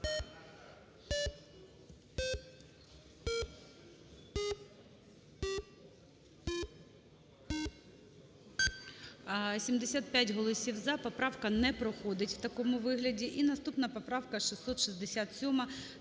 75 голосів – за. Поправка не проходить в такому вигляді. Наступна поправка - 670